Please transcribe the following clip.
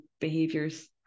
behaviors